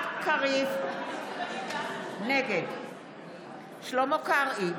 נגד שלמה קרעי,